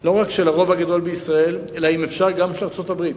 לא רק של הרוב הגדול בישראל אלא אם אפשר גם של ארצות-הברית.